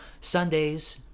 Sundays